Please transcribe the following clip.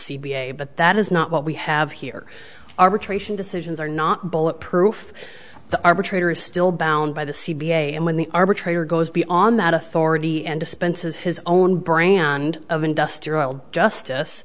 a but that is not what we have here arbitration decisions are not bullet proof the arbitrator is still bound by the c b a and when the arbitrator goes beyond that authority and dispenses his own brand of industrial justice